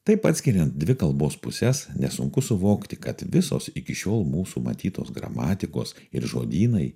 taip atskiriant dvi kalbos puses nesunku suvokti kad visos iki šiol mūsų matytos gramatikos ir žodynai